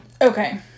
Okay